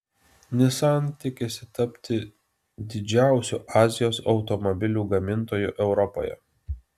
nissan tikisi tapti didžiausiu azijos automobilių gamintoju europoje